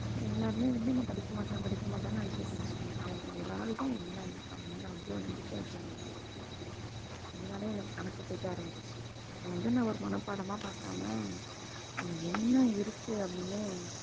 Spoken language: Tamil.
எல்லாருமே வந்து நான் படிக்கமாட்டேன் படிக்கமாட்டேன்னு நினச்சிட்ருந்துச்சிங்க அவங்க ஒரு ஆள் தான் என் மேலே எனக்கு ஏன் அவ்வளோ நம்பிக்கை வச்சாங்கள் அதனாலே எனக்கு கணக்கு பிடிக்க ஆரமிச்சிடுச்சு அதை வந்து நான் ஒரு மனப்பாடமாக பார்க்காம அது என்ன இருக்குது அப்படின்னு